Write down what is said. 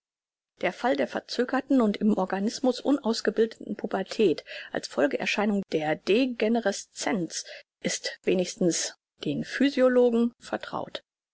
der fall der verzögerten und im organismus unausgebildeten pubertät als folgeerscheinung der degenerescenz ist wenigstens den physiologen vertraut